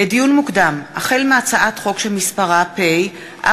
לדיון מוקדם: החל בהצעת חוק פ/441/20